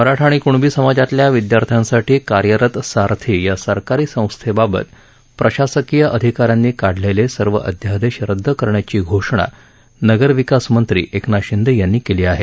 मराठा आणि कृणबी समाजातल्या विद्यार्थ्यांसाठी कार्यरत सास्थी या सरकारी संस्थेबाबत प्रशासकीय अधिक यांनी काढलेले सर्व अध्यादेश रद्द करण्याची घोषणा नगरविकास मंत्री एकनाथ शिंदे यांनी केली आहे